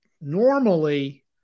normally